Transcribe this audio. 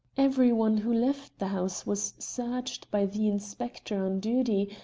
every one who left the house was searched by the inspector on duty,